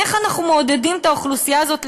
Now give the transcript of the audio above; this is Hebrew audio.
איך אנחנו מעודדים את האוכלוסייה הזאת להגיע?